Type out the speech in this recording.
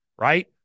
right